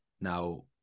Now